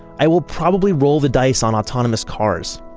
i will probably roll the dice on autonomous cars.